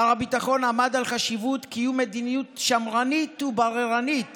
שר הביטחון עמד על חשיבות קיום מדיניות שמרנית ובררנית